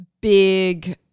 big